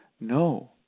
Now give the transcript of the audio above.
no